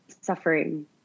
suffering